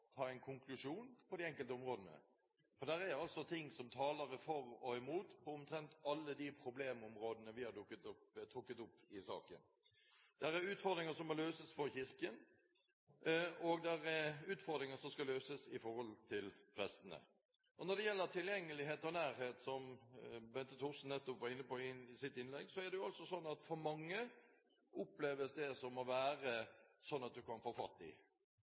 en konklusjon på de enkelte områdene, for det er ting som taler for og imot omtrent på alle de problemområdene vi har trukket opp i saken. Det er utfordringer som må møtes for Kirken, og det er utfordringer som skal møtes i forhold til prestene. Når det gjelder tilgjengelighet og nærhet, som Bente Thorsen nettopp var inne på i sitt innlegg, oppleves det for mange å være viktig at en kan få fatt i noen. SMS, internettløsninger og web-baserte løsninger er kanskje det vi bruker mest i